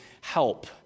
help